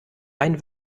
einen